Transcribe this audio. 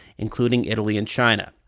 including italy and china.